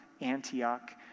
Antioch